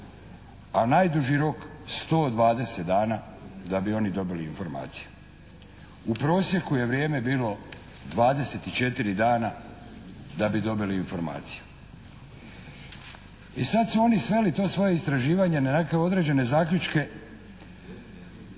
a najduži rok 120 dana da bi oni dobili informaciju. U prosjeku je vrijeme bilo 24 dana da bi dobili informaciju. I sada su oni sveli to svoje istraživanje na neke određene zaključke